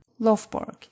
Lovborg